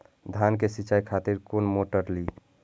धान के सीचाई खातिर कोन मोटर ली?